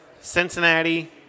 Cincinnati